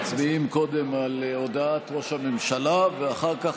מצביעים קודם על הודעת ראש הממשלה ואחר כך